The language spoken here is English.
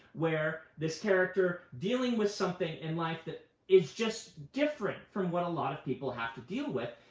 where this character, dealing with something in life that is just different from what a lot of people have to deal with.